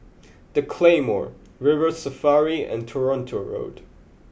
the Claymore River Safari and Toronto Road